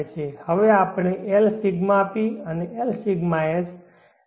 હવે આપણે Lσp અને Lσs ની કિંમત કેવી રીતે જાણી શકીએ